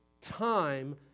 time